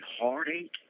heartache